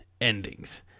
endings